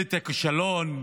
ממשלת הכישלון,